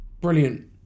Brilliant